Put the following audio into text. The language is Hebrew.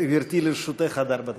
גברתי, לרשותך עד ארבע דקות.